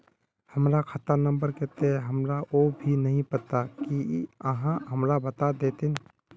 हमर खाता नम्बर केते है हमरा वो भी नहीं पता की आहाँ हमरा बता देतहिन?